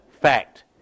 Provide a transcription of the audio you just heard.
fact